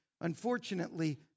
unfortunately